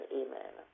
amen